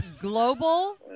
Global